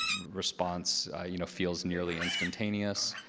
response you know feels nearly instantaneous.